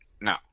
no